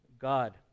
God